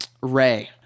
ray